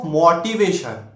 motivation